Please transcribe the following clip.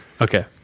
Okay